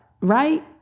right